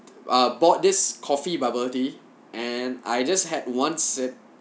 uh bought this coffee bubble tea and I just had one sip